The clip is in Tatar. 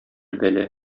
бәла